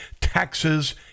taxes